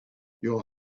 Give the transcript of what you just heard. your